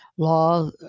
law